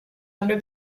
under